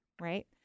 right